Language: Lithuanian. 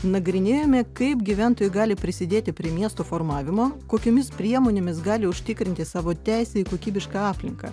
nagrinėjome kaip gyventojai gali prisidėti prie miesto formavimo kokiomis priemonėmis gali užtikrinti savo teisę į kokybišką aplinką